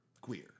queer